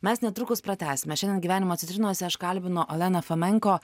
mes netrukus pratęsime šiandien gyvenimo citrinose aš kalbinu oleną fomenko